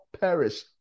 perish